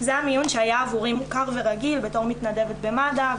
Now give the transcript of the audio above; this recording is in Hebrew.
זה המיון שהיה עבורי מוכר ורגיל בתור מתנדבת במד"א,